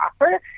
offer